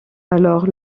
alors